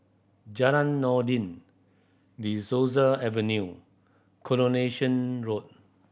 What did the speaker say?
Jalan Noordin De Souza Avenue Coronation Road